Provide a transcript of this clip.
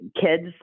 kids